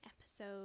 episode